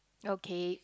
okay